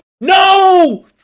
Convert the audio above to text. No